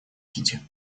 кити